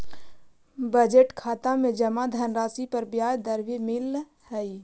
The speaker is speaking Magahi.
बजट खाता में जमा धनराशि पर ब्याज दर भी मिलऽ हइ